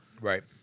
Right